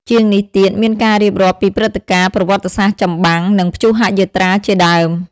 ជាងនេះទៀត មានការរៀបរាប់ពីព្រឹត្តិការណ៍ប្រវត្តិសាស្រ្តចម្បាំង និងព្យុហយាត្រាជាដើម។